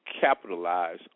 capitalize